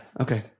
okay